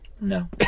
No